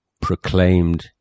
proclaimed